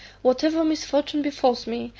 whatever misfortune befalls me,